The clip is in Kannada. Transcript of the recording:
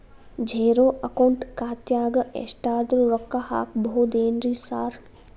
ಝೇರೋ ಅಕೌಂಟ್ ಖಾತ್ಯಾಗ ಎಷ್ಟಾದ್ರೂ ರೊಕ್ಕ ಹಾಕ್ಬೋದೇನ್ರಿ ಸಾರ್?